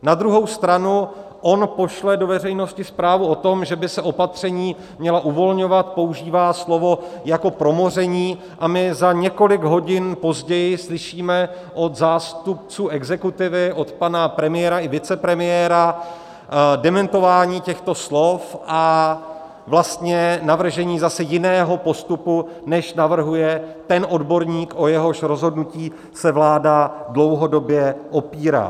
Na druhou stranu on pošle do veřejnosti zprávu o tom, že by se opatření měla uvolňovat, používá slovo jako promoření, a my za několik hodin později slyšíme od zástupců exekutivy, od pana premiéra i vicepremiéra, dementování těchto slov a vlastně navržení zase jiného postupu, než navrhuje ten odborník, o jehož rozhodnutí se vláda dlouhodobě opírá.